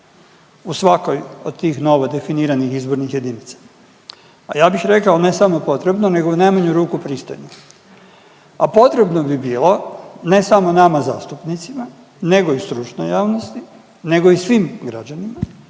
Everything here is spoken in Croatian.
u svakoj od tih novo definiranih izbornih jedinica, a ja bih rekao ne samo potrebno nego u najmanju ruku pristojno, a potrebno bi bilo ne samo nama zastupnicima nego i stručnoj javnosti, nego i svim građanima